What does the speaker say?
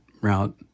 route